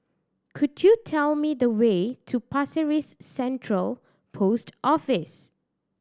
could you tell me the way to Pasir Ris Central Post Office